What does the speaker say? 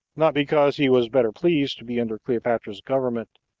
not because he was better pleased to be under cleopatra's government,